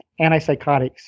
antipsychotics